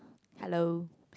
hello